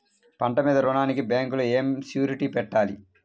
పంట మీద రుణానికి బ్యాంకులో ఏమి షూరిటీ పెట్టాలి?